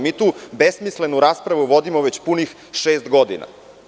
Mi tu besmislenu raspravu vodimo već punih šest godina.